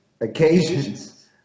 occasions